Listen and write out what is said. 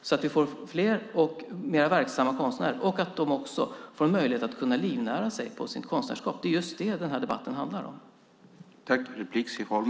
Då får vi fler och mer verksamma konstnärer som också får möjlighet att livnära sig på sitt konstnärskap. Det är just det som denna debatt handlar om.